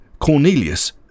Cornelius